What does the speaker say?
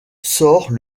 sort